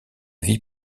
vie